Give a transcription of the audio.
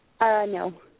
No